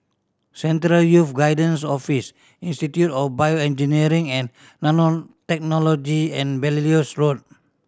Central Youth Guidance Office Institute of BioEngineering and Nanotechnology and Belilios Road